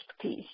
peace